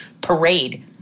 parade